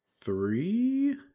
three